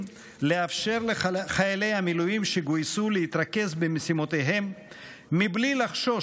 לאפשר לחיילי המילואים שגויסו להתרכז במשימותיהם מבלי לחשוש